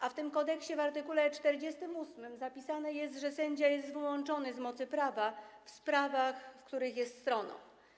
A w tym kodeksie w art. 48 zapisane jest, że sędzia jest wyłączony z mocy prawa w sprawach, w których jest stroną.